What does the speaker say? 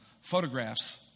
photographs